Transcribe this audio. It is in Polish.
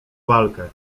walkę